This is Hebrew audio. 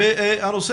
אבל זה באמת לא התחום